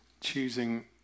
Choosing